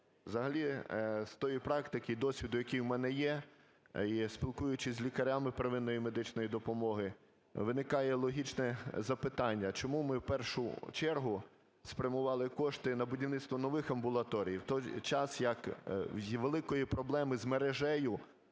Взагалі з тієї практики і досвіду, який у мене є, і спілкуючись з лікарями первинної медичної допомоги, виникає логічне запитання: а чому ми в першу чергу спрямували кошти на будівництво нових амбулаторій, в той час, як великої проблеми з мережею